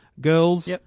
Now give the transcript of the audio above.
girls